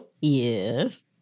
Yes